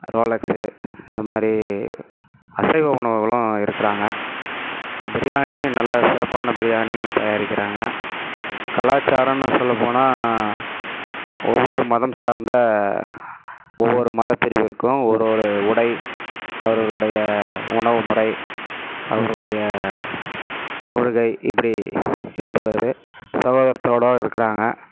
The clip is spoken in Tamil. ரோலெக்ஸு இந்தமாதிரி அசைவ உணவுகளும் இருக்கிறாங்க பிரியாணியும் நல்ல சிறப்பான பிரியாணியும் இங்கே தயாரிக்கிறாங்க கலாச்சாரம்னு சொல்லப்போனால் ஒவ்வொரு மதம் சார்ந்த ஒவ்வொரு மதப்பிரிவிற்கும் ஒரு ஒரு உடை அவர்களுடைய உணவுமுறை அவர்களுடைய தொழுகை இப்படி இருந்து வருது சகோதரத்தோடய இருக்கிறாங்க